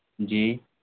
جی